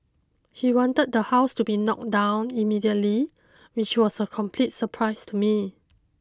he wanted the house to be knocked down immediately which was a complete surprise to me